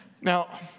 Now